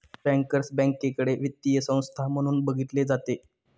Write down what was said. bankers बँकेकडे वित्तीय संस्था म्हणून बघितले जाते